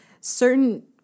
certain